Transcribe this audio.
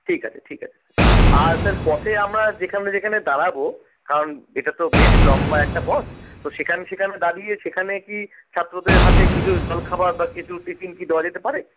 ঠিক আছে ঠিক আছে স্যার আর স্যার পথে আমরা যেখানে যেখানে দাঁড়াবো কারণ এটা তো বেশ লম্বা একটা পথ তো সেখানে সেখানে দাঁড়িয়ে তো সেখানে কি ছাত্রদের হাতে কিছু জলখাবার বা কিছু টিফিন কি দেওয়া যেতে পারে